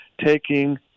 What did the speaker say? taking